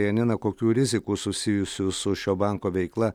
janina kokių rizikų susijusių su šio banko veikla